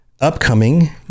upcoming